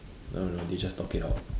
I don't know they just talk it out